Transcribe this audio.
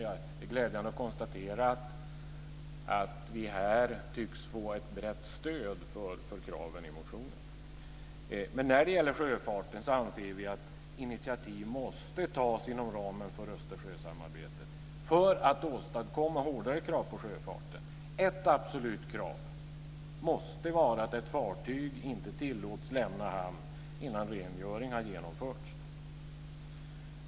Det är glädjande att konstatera att vi här tycks få ett brett stöd för kraven i vår motion. När det gäller sjöfarten anser vi att initiativ måste tas inom ramen för Östersjösamarbetet för att åstadkomma hårdare krav på sjöfarten. Ett absolut krav måste vara att ett fartyg inte tillåts lämna hamn innan rengöring har genomförts.